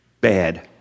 bad